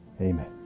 Amen